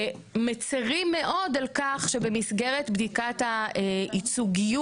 אנחנו מצרים מאוד על כך שבמסגרת בדיקת הייצוגיות